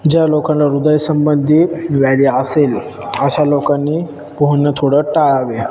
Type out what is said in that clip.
ज्या लोकांना हृदयासंबंधी व्याधी असेल अशा लोकांनी पोहणं थोडं टाळावे